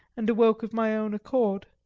and awoke of my own accord.